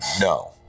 No